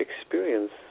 experience